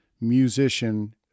musician